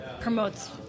promotes